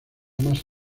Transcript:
más